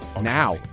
Now